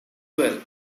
well